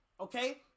Okay